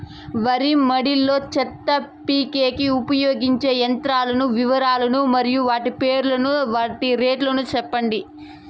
వరి మడి లో చెత్త పీకేకి ఉపయోగించే యంత్రాల వివరాలు మరియు వాటి రేట్లు చెప్పండి?